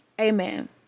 amen